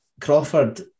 Crawford